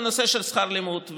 בנושא של שכר לימוד,